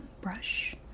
brush